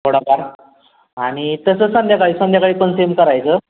थोडाफार आणि तसं संध्याकाळी संध्याकाळी पण सेम करायचं